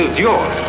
your